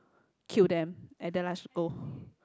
kill them at the last go